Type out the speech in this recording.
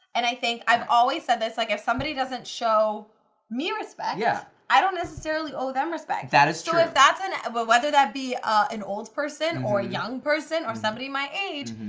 and i think i've always said this. like if somebody doesn't show me respect, yeah i don't necessarily owe them respect. that is true. so if that's an, but whether that be an old person or young person or somebody my age,